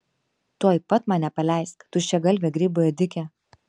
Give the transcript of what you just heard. tuoj pat mane paleisk tuščiagalve grybų ėdike